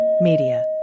media